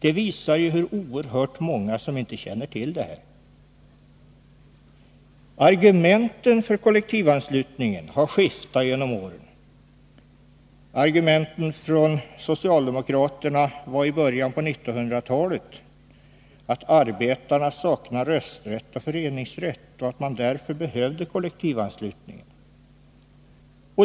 Det visar ju hur oerhört många som inte känner till det här. Argumenten för kollektivanslutningen har skiftat genom åren. Argumentet från socialdemokraterna var i början av 1900-talet att arbetarna saknade rösträtt och föreningsrätt, och att man därför behövde kollektivanslutningen.